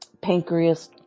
pancreas